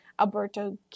Alberto